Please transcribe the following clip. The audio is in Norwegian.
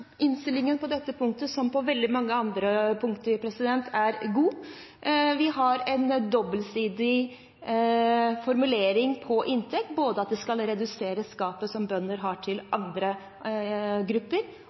innstillingen er på dette punktet, som på veldig mange andre punkter, god. Vi har en dobbeltsidig formulering på inntekt: både at det skal redusere gapet som bønder har mot andre grupper,